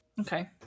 Okay